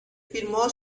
firmó